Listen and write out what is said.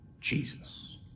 Jesus